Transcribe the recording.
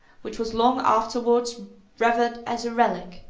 which was long afterwards revered as a relic,